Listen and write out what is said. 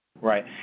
Right